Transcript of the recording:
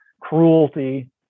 cruelty